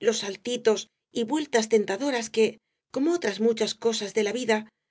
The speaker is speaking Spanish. los saltitos y vueltas tentadoras que como otras muchas cosas de la vida